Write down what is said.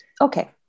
Okay